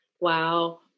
Wow